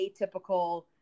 atypical